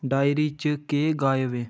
diary च केह् गायब ऐ